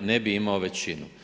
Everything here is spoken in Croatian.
ne bi imao većinu.